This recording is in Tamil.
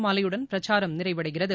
மாலையுடன் பிரச்சாரம் நிறைவடைகிறது